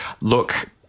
Look